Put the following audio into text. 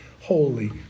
holy